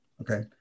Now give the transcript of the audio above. okay